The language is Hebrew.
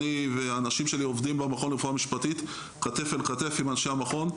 אני והאנשים שלי עובדים במכון לרפואה משפטית כתף אל כתף עם אנשי המכון.